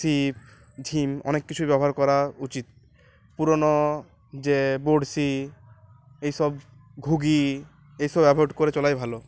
ছিপ ঝিম অনেক কিছুই ব্যবহার করা উচিত পুরোনো যে বড়শি এইসব ঘুগি এইসব অ্যাভয়েড করে চলাই ভালো